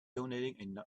donating